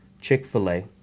Chick-fil-A